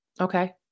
Okay